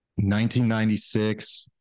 1996